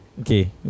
Okay